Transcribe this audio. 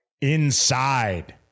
inside